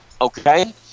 Okay